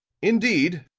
indeed,